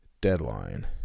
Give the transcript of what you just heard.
deadline